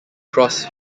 cross